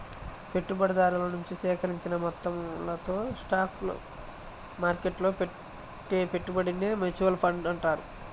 పెట్టుబడిదారుల నుంచి సేకరించిన మొత్తాలతో స్టాక్ మార్కెట్టులో పెట్టే పెట్టుబడినే మ్యూచువల్ ఫండ్ అంటారు